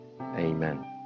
Amen